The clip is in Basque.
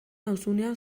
nauzunean